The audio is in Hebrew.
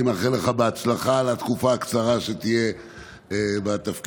אני מאחל לך הצלחה לתקופה הקצרה שתהיה בתפקיד.